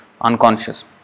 unconscious